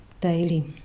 daily